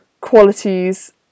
qualities